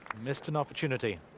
missed an opportunity.